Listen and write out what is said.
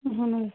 اہن حٲز